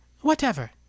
whatever